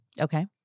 Okay